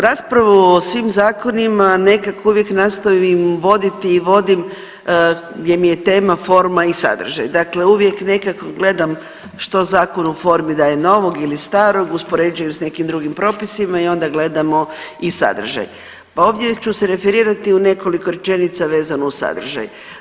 Raspravu o svim zakonima nekako uvijek nastojim voditi i vodim gdje mi je tema forma i sadržaj, dakle uvijek nekako gledam što zakon u formi daje novog ili starog, uspoređujem s nekim drugim propisima i onda gledamo i sadržaj pa ovdje ću se referirati u nekoliko rečenica vezano uz sadržaj.